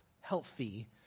healthy